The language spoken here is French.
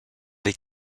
les